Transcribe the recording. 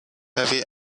heavy